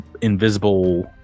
invisible